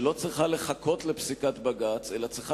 שלא צריכה לחכות לפסיקת בג"ץ אלא צריכה